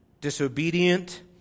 disobedient